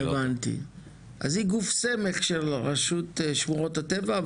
אז היא גוף סמך של רשות שמורות הטבע,